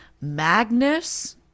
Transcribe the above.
Magnus